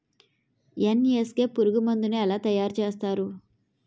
NSK పురుగు మందు ను ఎలా తయారు చేస్తారు?